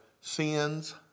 sins